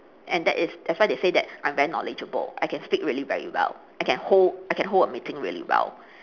and that is that's why they say that I'm very knowledgeable I can speak really very well I can hold I can hold a meeting really well